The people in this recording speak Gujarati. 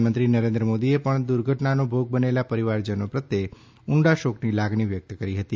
પ્રધાનમંત્રી નરેન્દ્ર મોદીએ પણ દુર્ઘટનાનો ભોગ બનેલાના પરિવારજનો પ્રત્યે ઊંડા શોકની લાગણી વ્યક્ત કરી હતી